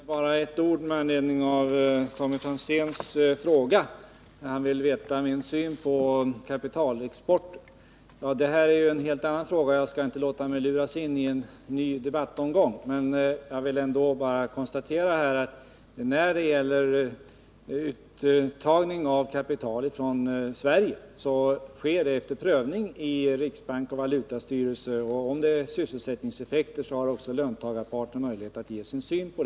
Herr talman! Bara ett par ord med anledning av Tommy Franzéns fråga. Han vill veta vilken syn jag har på kapitalexporten. Det här är ju en helt annan fråga, och jag skall därför inte låta mig luras in i någon ny debattomgång. Men jag vill ändå konstatera att utförsel av kapital från Sverige kan ske först efter prövning av riksbank och valutastyrelse, och om utförseln dessutom kan få sysselsättningseffekter har också löntagarparten möjlighet att delta i besluten.